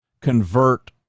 convert